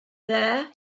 there